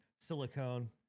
silicone